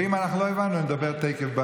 ואם אנחנו לא הבנו, נדבר תכף.